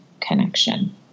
connection